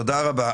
תודה.